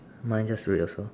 mine just red also